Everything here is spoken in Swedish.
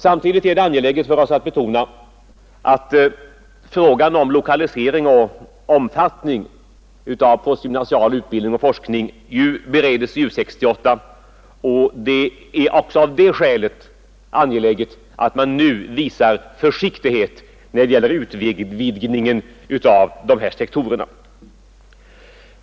Vidare är det angeläget att betona att frågan om lokalisering och omfattning av postgymnasial utbildning och forskning bereds i U 68 och det är också av det skälet angeläget att man nu visar försiktighet när det gäller utvidgningen av de här sektorerna.